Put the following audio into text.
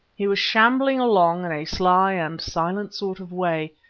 he was shambling along in a sly and silent sort of way,